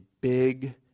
big